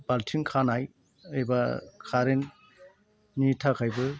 बाल्थिं खानाय एबा कारेन्टनि थाखायबो